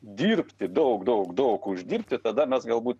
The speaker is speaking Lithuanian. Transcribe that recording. dirbti daug daug daug uždirbti tada mes galbūt